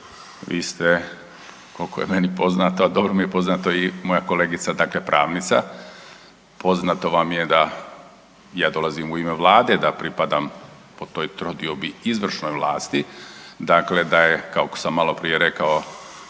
Vi ste, koliko je meni poznato, a dobro mi je poznato i moja kolegica, dakle pravnica. Poznato vam je da ja dolazim u ime Vlade, da pripadam po toj trodiobi izvršnoj vlasti, dakle da je kako sam maloprije rekao,